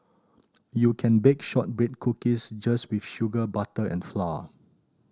you can bake shortbread cookies just with sugar butter and flour